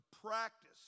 practice